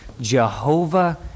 Jehovah